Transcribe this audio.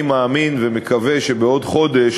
אני מאמין ומקווה שבעוד חודש,